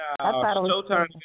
Showtime